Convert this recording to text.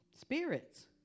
spirits